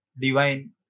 divine